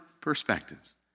Perspectives